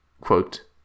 Quote